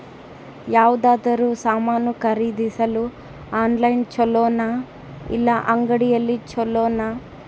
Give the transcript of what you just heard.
ಯಾವುದಾದರೂ ಸಾಮಾನು ಖರೇದಿಸಲು ಆನ್ಲೈನ್ ಛೊಲೊನಾ ಇಲ್ಲ ಅಂಗಡಿಯಲ್ಲಿ ಛೊಲೊನಾ?